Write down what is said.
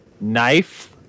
knife